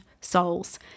souls